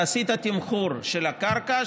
אתה עשית תמחור של הקרקע,